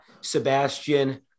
Sebastian